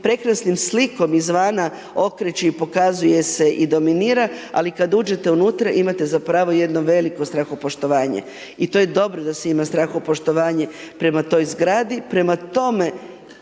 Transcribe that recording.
prekrasnim slikom izvana okreće i pokazuje se i dominira, ali kada uđete unutra, imate zapravo jedno veliko strahopoštovanje i to je dobro da se ima strahopoštovanje prema toj zgradi. Prema tome,